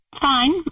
fine